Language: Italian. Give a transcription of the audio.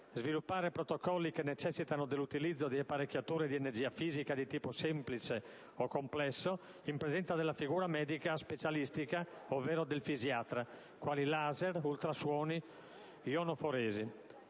sviluppare protocolli che necessitano dell'utilizzo di apparecchiature di energia fisica di tipo semplice e complesso in presenza della figura medica specialistica ovvero del fisiatra, quali laser, ultrasuoni, ionoforesi.